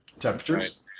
temperatures